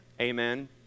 Amen